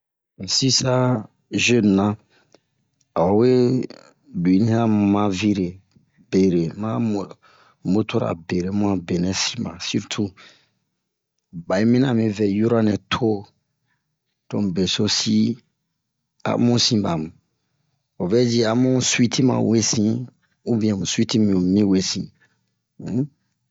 ɓa sisa zenena a o wee a o we luwini han mavire bere ma han mo- moto-ra mu a benɛ sin ɓa sirtu ɓa yi miniyan ami vɛ yura nɛ to tomu besosi amu sin ɓa mu o vɛ ji amu suwiti ma wesin ubiyɛn mu suwiti mi mumi wesin um